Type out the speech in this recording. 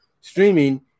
streaming